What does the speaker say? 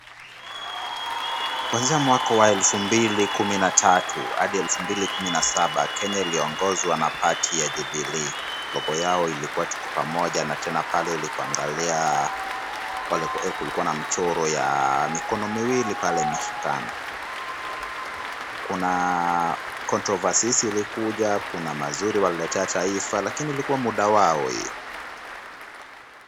Kuanzia mwaka wa elfu mbili kumi na tatu hadi elfu mbili kumi na saba, Kenya iliongozwa na party ya Jubilee. Logo yao ilikua, Tuko Pamoja na tena pale ulipoangalia kulikua na mchoro ya mikono miwili pale imeshikana. Kuna controversy ilikuja, kuna mazuri walililetea taifa lakini ilikua muda wao hiyo.